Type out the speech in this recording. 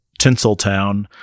Tinseltown